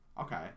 Okay